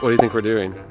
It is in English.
but you think we're doing?